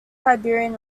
siberian